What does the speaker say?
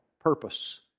purpose